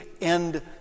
end